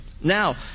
Now